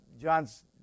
John's